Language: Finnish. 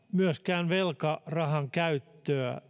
myöskään velkarahan käyttöä